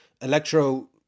Electro